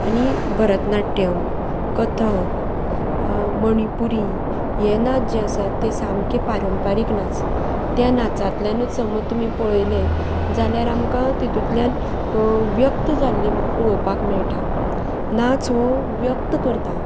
आनी भरतनाट्यम कथक मणिपुरी हे नाच जे आसात ते सामके पारंपारीक नाच त्या नाचांतल्यानूच समज तुमी पळयले जाल्यार आमकां तितूंतल्यान व्यक्त जाल्ले पळोवपाक मेळटा नाच हो व्यक्त करता